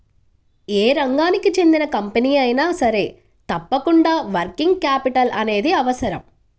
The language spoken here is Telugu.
యే రంగానికి చెందిన కంపెనీ అయినా సరే తప్పకుండా వర్కింగ్ క్యాపిటల్ అనేది అవసరం